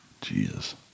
Jesus